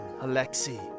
Alexei